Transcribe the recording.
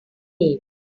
name